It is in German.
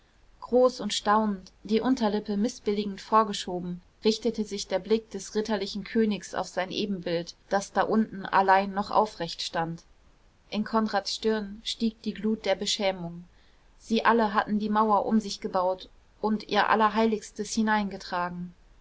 groß und staunend die unterlippe mißbilligend vorgeschoben richtete sich der blick des ritterlichen königs auf sein ebenbild das da unten allein noch aufrecht stand in konrads stirn stieg die glut der beschämung sie alle hatten die mauer um sich gebaut und ihr allerheiligstes hineingetragen